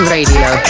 Radio